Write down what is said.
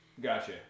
Gotcha